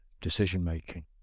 decision-making